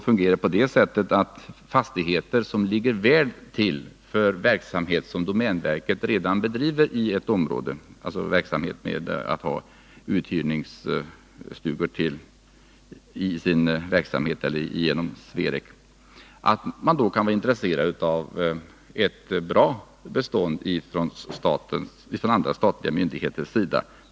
Fastigheter som ligger väl till för den uthyrningsverksamhet som domänverket bedriver i egen regi eller genom Sverek kan vara intressanta för andra statliga myndigheter.